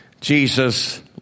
Jesus